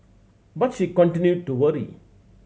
but she continued to worry